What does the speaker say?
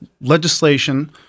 legislation